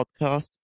podcast